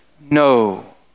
No